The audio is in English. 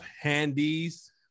handies